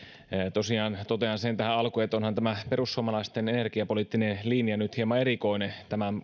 tosiaan totean sen tähän alkuun että onhan tämä perussuomalaisten energiapoliittinen linja nyt hieman erikoinen